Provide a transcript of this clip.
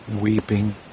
weeping